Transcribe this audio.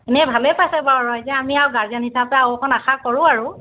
এনে ভালেই পাইছে বাৰু এতিয়া আমি আৰু গাৰ্জেন হিচাপে আৰু অকণ আশা কৰোঁ আৰু